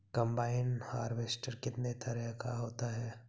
Combine harvester कितने तरह का होता है?